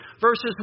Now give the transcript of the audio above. verses